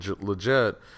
legit